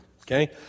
okay